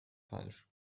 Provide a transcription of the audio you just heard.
falsch